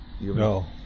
No